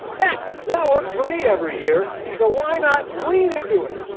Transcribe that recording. heck that works for me every year. so why not lean into it?